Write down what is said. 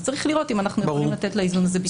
צריך לראות אם אנחנו יכולים לתת ביטוי לאיזון הזה.